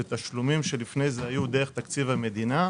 אלה תשלומים שלפני כן היו דרך תקציב המדינה,